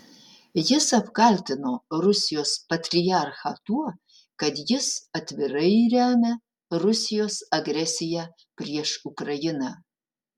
jis apkaltino rusijos patriarchą tuo kad jis atvirai remia rusijos agresiją prieš ukrainą